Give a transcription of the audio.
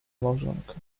małżonka